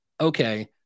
okay